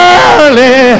early